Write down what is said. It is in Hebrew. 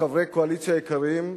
חברי קואליציה יקרים,